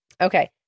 Okay